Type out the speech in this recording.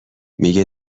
میگه